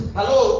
Hello